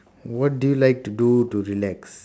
what do you like to do to relax